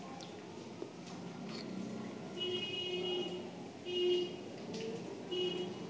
একধরনের সরকারি উদ্যোগ প্রধানমন্ত্রী ফসল বীমা যোজনা আর্থিক সহায়তা দেয়